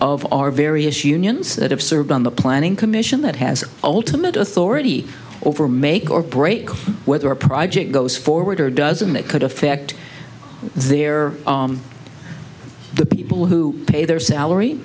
of our various unions that have served on the planning commission that has ultimate authority over a make or break whether a project goes forward or doesn't make could affect their the people who pay their salary